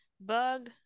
Bug